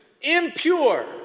impure